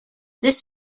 this